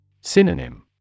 Synonym